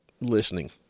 listening